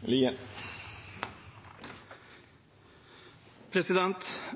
på de skjermingsverdige